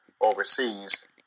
overseas